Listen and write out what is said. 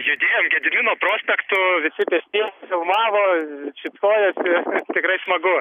judėjom gedimino prospektu visi pėstieji filmavo šypsojosi tikrai smagu